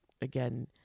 again